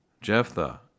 Jephthah